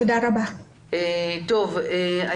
אוקי.